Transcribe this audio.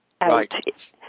Right